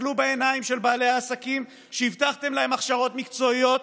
תסתכלו בעיניים של בעלי העסקים שהבטחתם להם הכשרות מקצועיות,